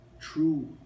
true